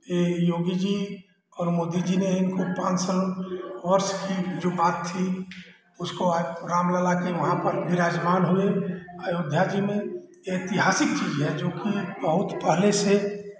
ये योगी जी और मोदी जी ने इनको पाँच साल वर्ष की जो बात थी उसको आज रामलला के वहाँ पर बिराजमान हुए अयोध्या जी में ऐतिहासिक चीज है जो की बहुत पहले से